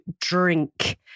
drink